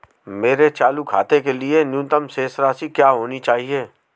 मेरे चालू खाते के लिए न्यूनतम शेष राशि क्या होनी चाहिए?